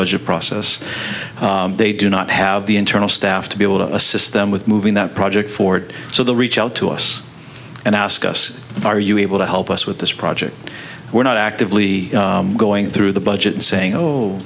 budget process they do not have the internal staff to be able to assist them with moving that project forward so they'll reach out to us and ask us are you able to help us with this project we're not actively going through the budget and saying oh